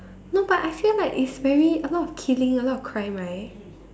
no but I feel like it's very a lot of killing a lot of crime right